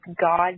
God